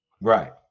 Right